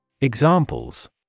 Examples